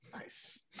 nice